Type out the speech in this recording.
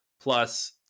plus